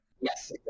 yes